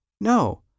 No